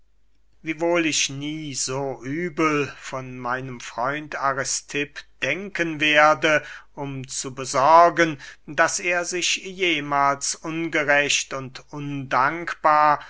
wiewohl ich nie so übel von meinem freund aristipp denken werde um zu besorgen daß er sich jemahls ungerecht und undankbar